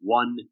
one